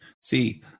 See